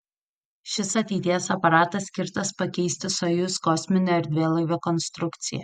šis ateities aparatas skirtas pakeisti sojuz kosminio erdvėlaivio konstrukciją